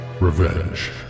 Revenge